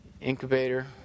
incubator